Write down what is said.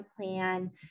plan